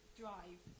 drive